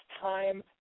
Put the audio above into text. time